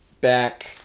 back